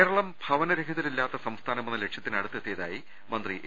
കേരളം ഭവനരഹിതരില്ലാത്ത സംസ്ഥാനമെന്ന ലക്ഷ്യത്തിനടു ത്തെത്തിയതായി മന്ത്രി എ